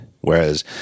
Whereas